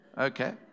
Okay